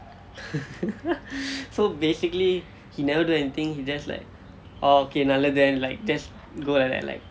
so basically he never do anything he just like orh okay நல்லது:nallathu and like just go like that like